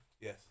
Yes